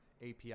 API